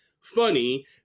funny